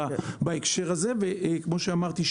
וכמו שאמרתי,